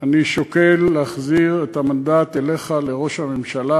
אני שוקל להחזיר את המנדט אליך, לראש הממשלה.